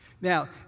Now